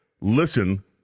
Listen